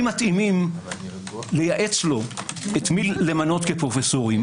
מתאימים לייעץ לו את מי למנות כפרופסורים,